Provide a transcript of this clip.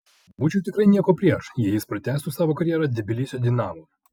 būčiau tikrai nieko prieš jei jis pratęstų savo karjerą tbilisio dinamo